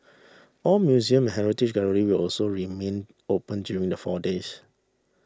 all museum heritage gallery will also remain open during the four days